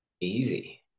easy